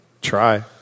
try